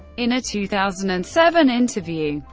in a two thousand and seven interview,